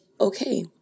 okay